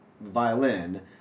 violin